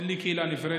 אין לי קהילה נפרדת.